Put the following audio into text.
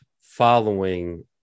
following